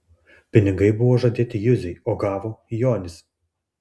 pinigai buvo žadėti juzei o gavo jonis